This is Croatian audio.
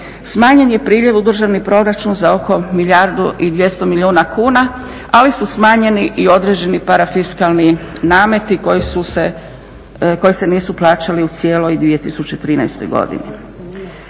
smanjen je priljev u državni proračun za oko milijardu i 200 milijuna kuna, ali su smanjeni i određeni parafiskalni nameti koji se nisu plaćali u cijeloj 2013. godini.